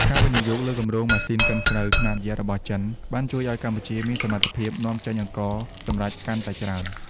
ការវិនិយោគលើរោងម៉ាស៊ីនកិនស្រូវខ្នាតយក្សរបស់ចិន បានជួយឱ្យកម្ពុជាមានសមត្ថភាពនាំចេញអង្ករសម្រេចកាន់តែច្រើន។